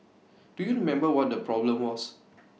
do you remember what that problem was